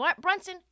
Brunson